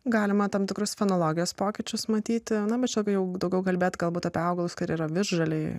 galima tam tikrus fenologijos pokyčius matyti ana jau daugiau kalbėti galbūt apie augalus kurie yra visžaliai